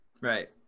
right